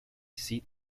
seat